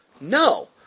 No